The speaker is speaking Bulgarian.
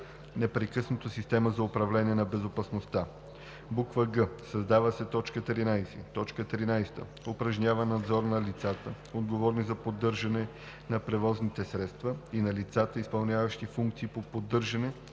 непрекъснато системата за управление на безопасността;“ г) създава се т. 13: „13. упражнява надзор на лицата, отговорни за поддържане на превозните средства, и на лицата, изпълняващи функции по поддържане,